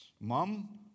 Mom